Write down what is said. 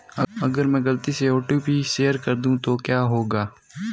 अगर मैं गलती से ओ.टी.पी शेयर कर दूं तो क्या होगा?